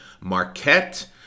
Marquette